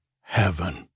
heaven